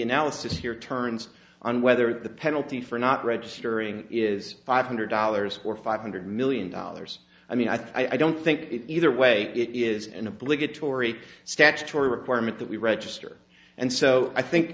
analysis here turns on whether the penalty for not registering is five hundred dollars or five hundred million dollars i mean i think i don't think either way it is an obligatory statutory requirement that we register and so i think